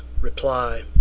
reply